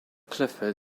clifford